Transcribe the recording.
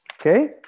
Okay